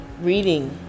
reading